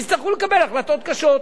יצטרכו לקבל החלטות קשות.